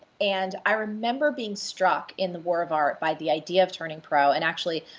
and i remember being struck in the war of art by the idea of turning pro. and actually,